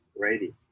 ready